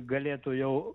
galėtų jau